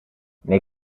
nei